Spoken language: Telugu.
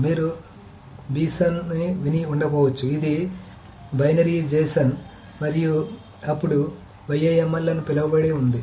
మీరు BSON ని విని ఉండకపోవచ్చు ఇది బైనరీ JSON మరియు అప్పుడు YAML అని పిలవబడేది ఉంది